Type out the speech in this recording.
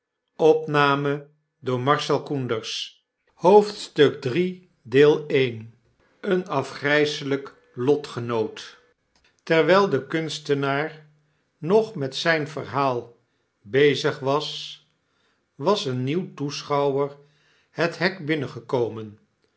iii een afgrijselijk lotgenoot terwijl de kunstenaar nog met zyn verhaal bezig was was een nieuw toeschouwer het hek binnengekomen